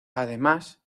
además